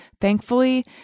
thankfully